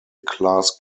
class